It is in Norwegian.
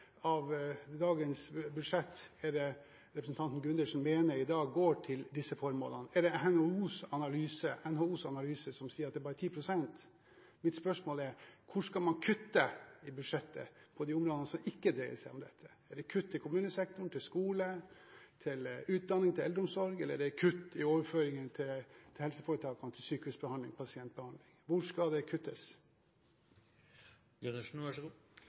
av dagens budsjett er det representanten Gundersen i dag mener går til disse formålene? Er det NHOs analyse som sier at det bare er 10 pst. Mine spørsmål er: Hvor i budsjettet skal man kutte på de områdene som ikke dreier seg om dette? Er det kutt i kommunesektoren, i skole, i utdanning, i eldreomsorg? Eller er det kutt i overføringene til helseforetakene, til sykehusbehandling, til pasientbehandling? Hvor skal det